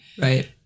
Right